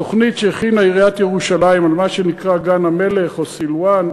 בתוכנית שהכינה עיריית ירושלים למה שנקרא גן-המלך או סילואן,